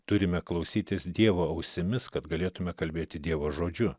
turime klausytis dievo ausimis kad galėtume kalbėti dievo žodžiu